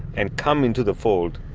and come into the fold.